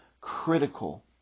critical